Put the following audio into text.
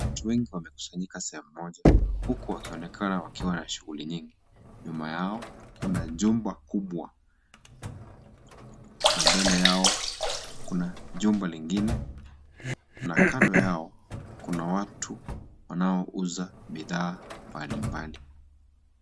Watu wengi wamekusanyika katika sehemu moja huku wakionekana wakiwa na shughuli nyingi. Nyuma yao kuna jumba kubwa na mbele yao kuna jumba lingine, na kando yao kuna watu wanouza bidhaa mbalimbali.